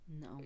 no